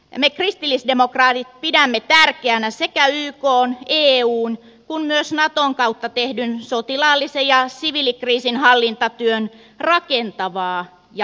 me kristillisdemokraatit pidämme tärkeänä niin ykn eun kuin myös naton kautta tehdyn sotilaallisen ja siviilikriisinhallintatyön rakentavaa jatkamista